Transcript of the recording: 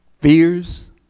fears